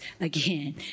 again